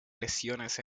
lesiones